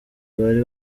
bari